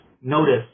notice